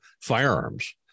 firearms